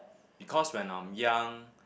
because when I'm young